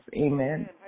Amen